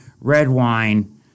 Redwine